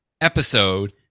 episode